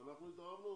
גם אנחנו התערבנו.